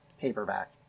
paperback